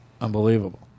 Unbelievable